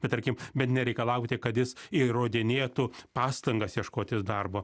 bet tarkim bet nereikalauti kad jis įrodinėtų pastangas ieškotis darbo